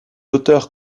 auteurs